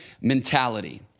mentality